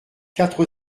quatre